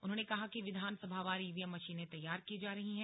उन्होंने कहा कि विधानसभावार ईवीएम मशीनें तैयार की जा रही हैं